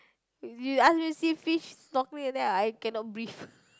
you ask me see fish snorkelling and then I cannot breathe